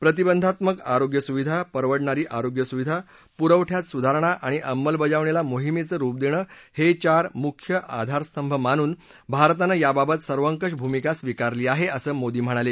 प्रतिबंधात्मक आरोग्य सुविधा परवडणारी आरोग्य सुविधा पुरवठयात सुधारणा आणि अंमलबजावणीला मोहीमेचं रूप देणं हे चार मुख्य आधारस्तंभ मानून भारतानं याबाबत सर्वकष भूमिका स्वीकारली आहे असं मोदी म्हणाले